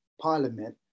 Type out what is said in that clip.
parliament